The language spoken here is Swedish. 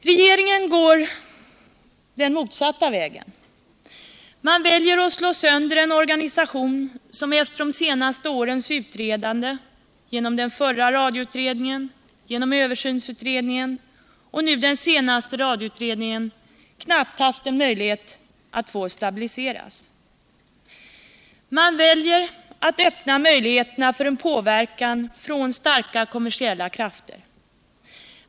Regeringen går den motsatta vägen. Man väljer att slå sönder en organisation som efter de senaste årens utredande — genom den förra radioutredningen, översynsutredningen och nu den senaste radioutredningen — knappt haft en möjlighet att få stabiliseras. Man väljer att öppna möjligheterna för en påverkan från starka kommersiella krafter.